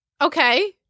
Okay